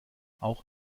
auch